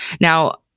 Now